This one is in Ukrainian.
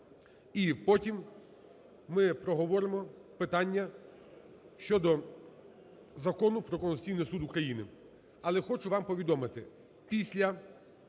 І потім ми проговоримо питання щодо Закону про Конституційний Суд України. Але хочу вам повідомити,